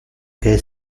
que